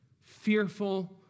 fearful